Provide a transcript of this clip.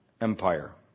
Empire